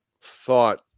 thought